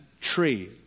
tree